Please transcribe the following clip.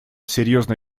серьезно